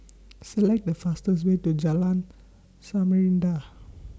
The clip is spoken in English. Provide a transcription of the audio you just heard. Select The fastest Way to Jalan Samarinda